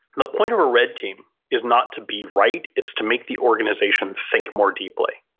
the point of a red team is not to be right. it's to make the organization think more deeply.